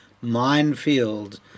minefield